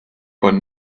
but